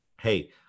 hey